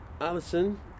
Alison